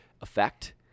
effect